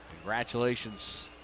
congratulations